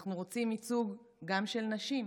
ואנחנו רוצים ייצוג גם של נשים,